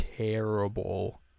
Terrible